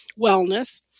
wellness